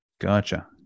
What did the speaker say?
Gotcha